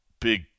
big